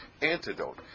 antidote